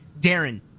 Darren